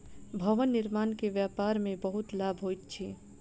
भवन निर्माण के व्यापार में बहुत लाभ होइत अछि